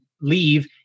leave